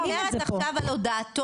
אני מדברת עכשיו על הודעתו.